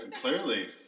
Clearly